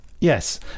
Yes